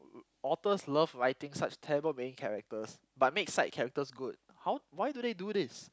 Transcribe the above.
authors love writing such terrible main characters but make side characters good how why do they do this